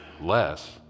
less